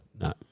No